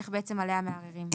איך מערערים עליה?